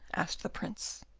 asked the prince.